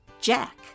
Jack